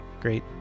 great